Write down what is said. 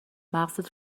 مغزت